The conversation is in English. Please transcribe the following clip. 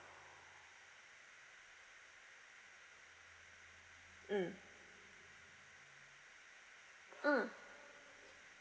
mm mm